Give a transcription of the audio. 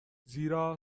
زیرا